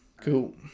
Cool